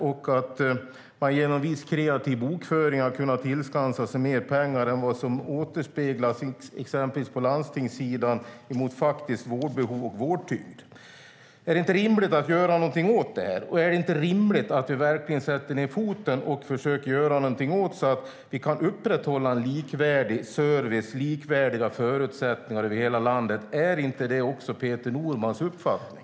Och man har genom viss kreativ bokföring kunnat tillskansa sig mer pengar på exempelvis landstingssidan än vad som återspeglas av faktiskt vårdbehov och vårdtyngd. Är det inte rimligt att göra något åt det här? Och är det inte rimligt att vi verkligen sätter ned foten så att vi kan upprätthålla en likvärdig service och likvärdiga förutsättningar över hela landet? Är inte det också Peter Normans uppfattning?